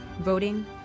voting